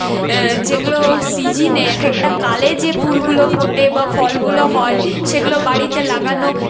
যেগুলো সিজিনে এক একটা কালে যে ফুলগুলো ফোটে বা ফলগুলো হয় সেগুলো বাড়িতে লাগানো